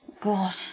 God